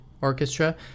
Orchestra